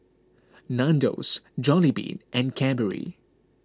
Nandos Jollibean and Cadbury